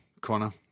Connor